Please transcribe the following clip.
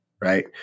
right